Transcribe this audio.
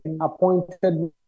appointed